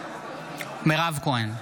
מירב כהן,